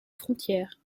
frontière